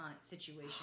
situation